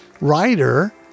writer